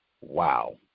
Wow